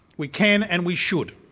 we can and we should.